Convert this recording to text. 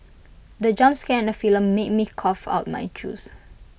the jump scare in the made me cough out my juice